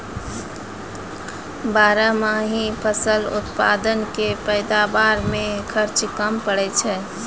बारहमासी फसल उत्पादन से पैदावार मे खर्च कम पड़ै छै